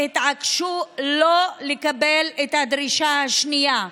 התעקשו לא לקבל את הדרישה השנייה.